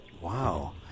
Wow